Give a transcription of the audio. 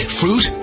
fruit